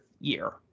year